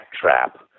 trap